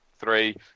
three